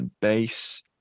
base